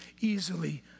easily